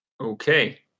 Okay